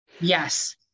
Yes